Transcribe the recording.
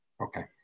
Okay